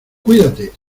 cuidate